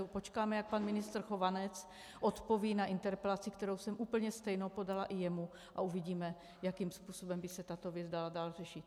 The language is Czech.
Počkáme, jak pan ministr Chovanec odpoví na interpelaci, kterou jsem úplně stejnou podala i jemu, a uvidíme, jakým způsobem by se tato věc dala dál řešit.